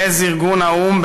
העז ארגון האו"ם,